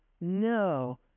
no